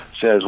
says